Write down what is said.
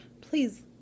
please